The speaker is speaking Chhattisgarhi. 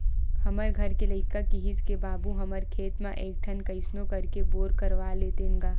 हमर घर के लइका किहिस के बाबू हमर खेत म एक ठन कइसनो करके बोर करवा लेतेन गा